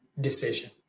decision